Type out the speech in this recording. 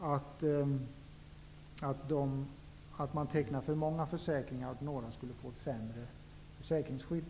uppstå att för många försäkringar tecknades och att några skulle få ett sämre försäkringsskydd.